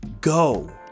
go